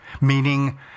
meaning